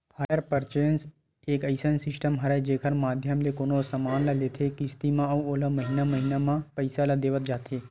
hire purchase एक अइसन system हरय जेखर माधियम ले कोनो समान ल लेथे किस्ती म अउ ओला महिना महिना म पइसा ल देवत जाथे